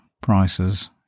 prices